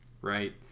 Right